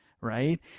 Right